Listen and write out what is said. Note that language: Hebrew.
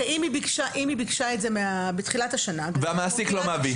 אם היא ביקשה את זה בתחילת השנה והרשות המקומית לא העבירה?